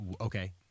okay